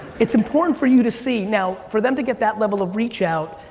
it's important for you to see. now, for them to get that level of reach out,